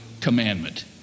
commandment